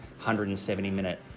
170-minute